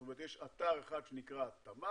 זאת אומרת יש אתר אחד שנקרא תמר,